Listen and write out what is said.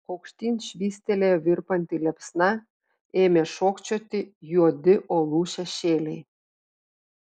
aukštyn švystelėjo virpanti liepsna ėmė šokčioti juodi uolų šešėliai